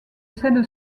celle